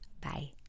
Bye